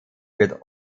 wird